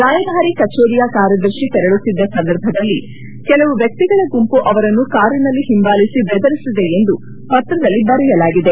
ರಾಯಭಾರಿ ಕಚೇರಿಯ ಕಾರ್ಯದರ್ಶಿ ತೆರಳತ್ತಿದ್ದ ಸಂದರ್ಭದಲ್ಲಿ ಕೆಲವು ವ್ಯಕ್ತಿಗಳ ಗುಂಪು ಅವರನ್ನು ಕಾರಿನಲ್ಲಿ ಹಿಂಬಾಲಿಸಿ ಬೆದರಿಸಿದೆ ಎಂದು ಪತ್ರದಲ್ಲಿ ಬರೆಯಲಾಗಿದೆ